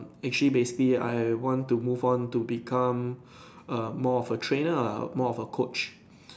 actually basically I want to move on to become err more of a trainer lah more of a coach